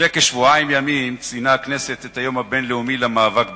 לפני כשבועיים ימים ציינה הכנסת את היום הבין-לאומי למאבק בעוני.